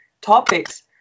topics